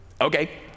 Okay